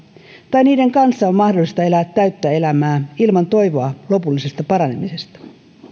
tai niiden kanssa on mahdollista elää täyttä elämää ilman toivoa lopullisesta paranemisesta